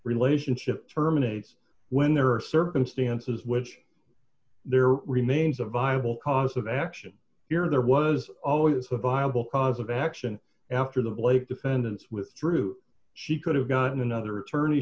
relationship terminates when there are circumstances which there remains a viable cause of action here there was always a viable cause of action after the blake defendants with through she could have gotten another attorney